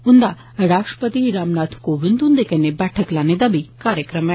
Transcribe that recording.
उन्दा राश्ट्रपति रामनाथ कोविंद हन्दे कन्नै बैठक लाने दा कारजक्रम ऐ